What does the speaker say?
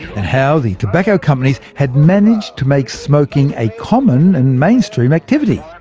and how the tobacco companies had managed to make smoking a common and mainstream activity.